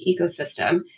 ecosystem